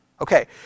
Okay